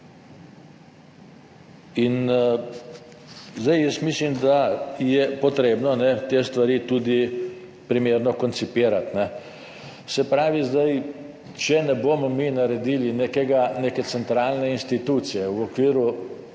In jaz mislim, da je treba te stvari tudi primerno koncipirati. Se pravi, če ne bomo mi naredili neke centralne institucije v okviru